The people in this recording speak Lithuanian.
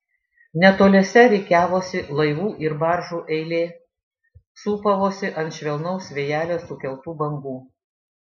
netoliese rikiavosi laivų ir baržų eilė sūpavosi ant švelnaus vėjelio sukeltų bangų